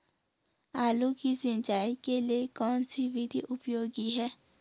आलू की सिंचाई के लिए कौन सी विधि उपयोगी है?